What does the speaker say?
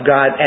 God